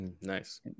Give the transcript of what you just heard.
Nice